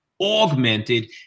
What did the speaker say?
augmented